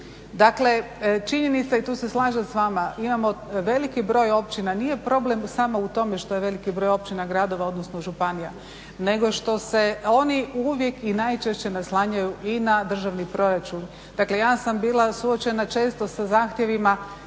Dakle, činjenica i tu se slažem s vama, imamo veliki broj općina, nije problem samo u tome što je veliki broj općina, gradova, odnosno županija nego što se oni uvijek i najčešće naslanjaju i na državni proračun. Dakle, ja sam bila suočena često sa zahtjevima